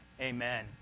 Amen